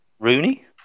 Rooney